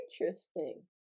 Interesting